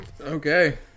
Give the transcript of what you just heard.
Okay